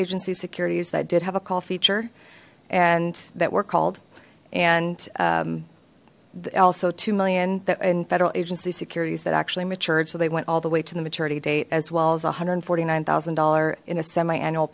agency securities that did have a call feature and that were called and also two million that in federal agency securities that actually matured so they went all the way to the maturity date as well as one hundred and forty nine thousand dollars in a semi annual